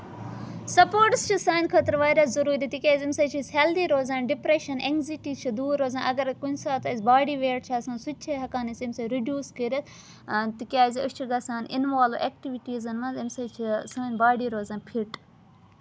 sports چھِ سانہِ خٲطرٕ واریاہ ضروٗری تِکیٛازِ اَمہِ سۭتۍ چھِ أسۍ ہیٚلدی روزان ڈِپریشَن اٮ۪نزِٹی چھِ دوٗر روزان اَگَر کُنہِ ساتہٕ أسۍ باڈی ویٹ چھِ آسان سُہ تہِ چھِ ہٮ۪کان أسۍ اَمہِ سۭتۍ رِڈوٗز کٔرِتھ تِکیٛازِ أسۍ چھِ گژھان اِنوالو ایٚکٹِوِٹیٖزَن منٛز اَمہِ سۭتۍ چھِ سٲنۍ باڈی روزان فِٹ